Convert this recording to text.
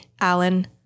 Alan